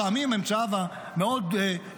לפעמים אמצעיו המאוד-ירודים,